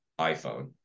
iPhone